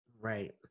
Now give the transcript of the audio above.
Right